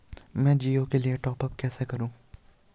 मैं जिओ के लिए टॉप अप कैसे करूँ?